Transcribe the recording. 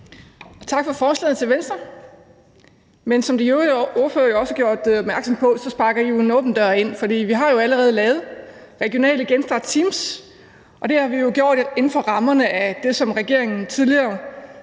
for forslaget. Men som de øvrige ordførere også har gjort opmærksom på, sparker Venstre jo en åben dør ind, for vi har allerede lavet regionale genstartsteams, og det har vi gjort inden for rammerne af det, som regeringen tidligere